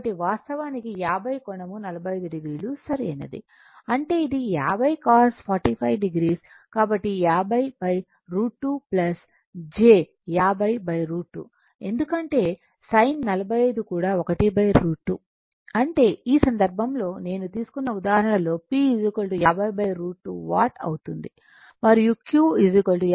కాబట్టి వాస్తవానికి 50 కోణం 45 oసరైనది అంటే ఇది 50 cos 450 కాబట్టి 50 √ 2 j 50 √ 2 ఎందుకంటే sin 45 కూడా 1 √ 2 అంటే ఈ సందర్భంలో నేను తీసుకున్న ఉదాహరణలో P 50 √ 2 వాట్ అవుతుంది మరియు Q 50 √ 2 వాట్ అవుతుంది